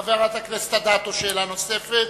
חברת הכנסת אדטו, שאלה נוספת.